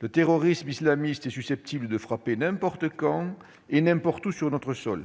Le terrorisme islamiste est susceptible de frapper n'importe quand et n'importe où sur notre sol.